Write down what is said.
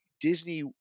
Disney